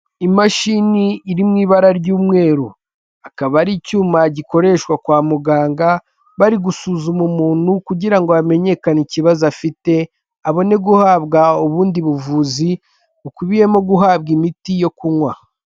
Imashini iri mu ibara ry'umweru. Akaba ari icyuma gikoreshwa kwa muganga bari gusuzuma umuntu kugira ngo hamenyekane ikibazo afite, abone guhabwa ubundi buvuzi bukubiyemo guhabwa imiti yo kunywa.